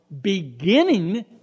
beginning